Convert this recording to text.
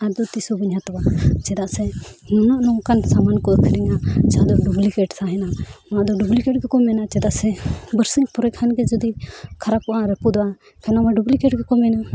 ᱟᱫᱚ ᱛᱤᱥᱦᱚᱸ ᱵᱟᱹᱧ ᱦᱟᱛᱟᱣᱟ ᱪᱮᱫᱟᱜ ᱥᱮ ᱱᱩᱱᱟᱹᱜ ᱱᱚᱝᱠᱟᱱ ᱥᱟᱢᱟᱱ ᱠᱚ ᱟᱹᱠᱷᱨᱤᱧᱟ ᱡᱷᱚᱛᱚ ᱰᱩᱯᱞᱤᱠᱮᱴ ᱛᱟᱦᱮᱱᱟ ᱱᱚᱣᱟ ᱫᱚ ᱰᱩᱵᱞᱤᱠᱮᱴ ᱜᱮᱠᱚ ᱢᱮᱱᱟ ᱪᱮᱫᱟᱜ ᱥᱮ ᱵᱟᱨᱥᱤᱧ ᱯᱚᱨᱮ ᱠᱷᱟᱱ ᱜᱮ ᱡᱩᱫᱤ ᱠᱷᱟᱨᱟᱯᱟᱚᱜᱼᱟ ᱨᱟᱯᱩᱫᱚᱜᱼᱟ ᱠᱷᱟᱱ ᱱᱚᱣᱟᱢᱟ ᱰᱩᱯᱞᱩᱠᱮᱴ ᱜᱮᱠᱚ ᱢᱮᱱᱟ